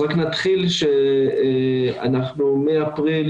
רק נתחיל בכך שאנחנו מאפריל